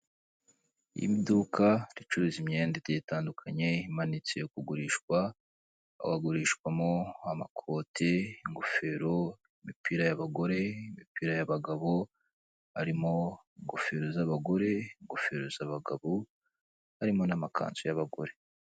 Iduka ricuruza imyenda igiye itandukanye imanitse yo kugurishwa aho hagurishwamo amakoti, ingofero, imipira y'abagore, imipira y'abagabo, harimo ingofero z'abagore, ingofero z'abagabo, harimo n'amakanzu y'abagore.